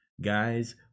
Guys